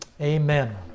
amen